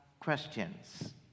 questions